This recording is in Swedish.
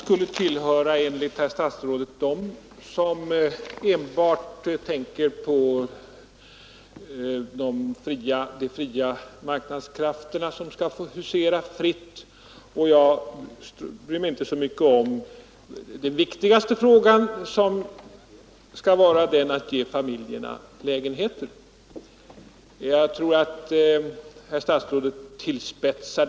Herr talman! Enligt herr statsrådet skulle jag tillhöra dem som enbart tänker på att de fria marknadskrafterna skall få husera ohämmat och jag skulle inte bry mig så mycket om den viktigaste frågan, nämligen att ge — Nr 110 fömiljema läggnheten Jag tygken nog Att herr Statsrådet fillapetsar.